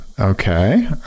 Okay